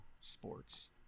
sports